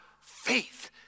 faith